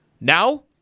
Now